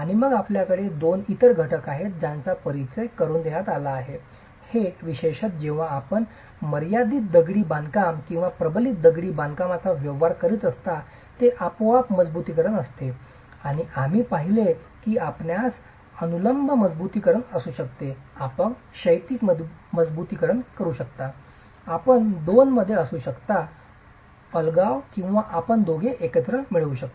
आणि मग आपल्याकडे दोन इतर घटक आहेत ज्यांचा परिचय करून देण्यात आला आहे विशेषत जेव्हा आपण मर्यादीत दगडी बांधकाम किंवा प्रबलित दगडी बांधकामाचा व्यवहार करीत असता जे आपोआप मजबुतीकरण असते आणि आम्ही पाहिले की आपल्यास अनुलंब मजबुतीकरण असू शकते आपण क्षैतिज मजबुतीकरण करू शकता आपण दोन मध्ये असू शकता अलगाव किंवा आपण दोघे एकत्र मिळवू शकता